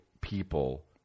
people